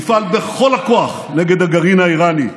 נפעל בכל הכוח נגד הגרעין האיראני,